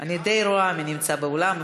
אני די רואה מי נמצא באולם,